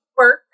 work